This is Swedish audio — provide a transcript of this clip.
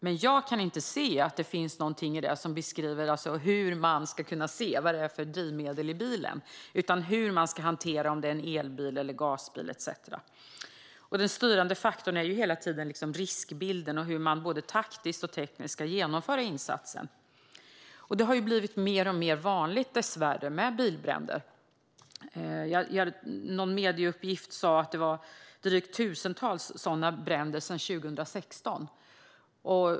Jag kan dock inte se att det finns någonting i den som beskriver hur man ska kunna se vad det är för drivmedel i bilen utan bara hur man ska hantera situationen om det är en elbil eller en gas bil etcetera. Den styrande faktorn är hela tiden riskbilden och hur man både taktiskt och tekniskt ska genomföra insatsen. Det har dessvärre blivit mer och mer vanligt med bilbränder. Någon medieuppgift sa att det har varit drygt tusentalet sådana bränder sedan 2016.